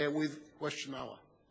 with Question Hour.